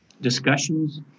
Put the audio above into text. discussions